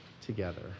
together